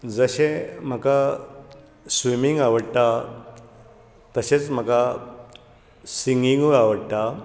जशें म्हाका स्विमींग आवडटा तशेंच म्हाका सिंगींगूय आवडटा